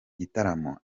gitaramo